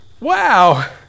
Wow